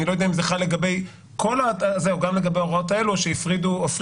אני לא יודע אם זה חל גם לגבי ההוראות האלה או שהפרידו אותן.